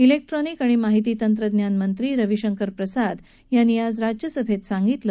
electronic आणि माहिती तंत्रज्ञान मंत्री रवी शंकर प्रसाद यांनी आज राज्यसभेत ही महिती दिली